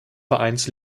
vereins